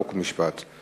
חוק ומשפט נתקבלה.